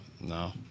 No